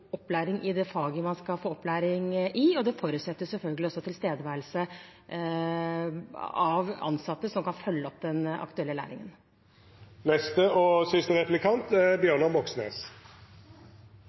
opplæring i det faget man skal få opplæring i, og det forutsetter selvfølgelig også tilstedeværelse av ansatte som kan følge opp den aktuelle